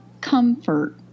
comfort